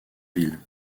ville